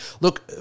look